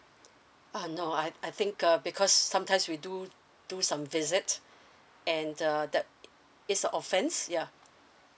uh no I I think uh because sometimes we do do some visit and the the it's a offence yeah